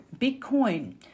bitcoin